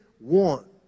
want